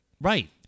Right